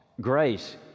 grace